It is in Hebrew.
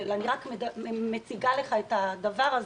אני רק מציגה לך את הדבר הזה,